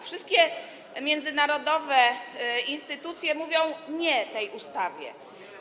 Wszystkie międzynarodowe instytucje mówią tej ustawie: nie.